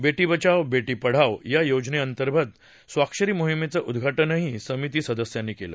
बेटी बचाओ बेटी पढाओ योजनेसंदर्भात स्वाक्षरी मोहिमेचं उद्घाटनही समितीसदस्यांनी केलं